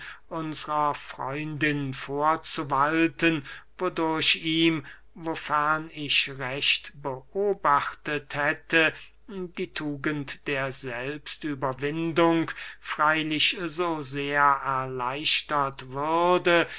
unsrer freundin vorzuwalten wodurch ihm wofern ich recht beobachtet hätte die tugend der selbstüberwindung freylich so sehr erleichtert würde